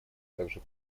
также